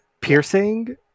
piercing